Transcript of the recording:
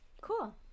Cool